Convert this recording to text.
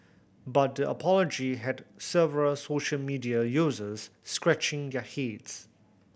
but the apology had several social media users scratching their heads